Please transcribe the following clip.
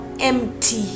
empty